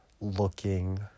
looking